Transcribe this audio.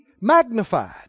magnified